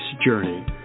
journey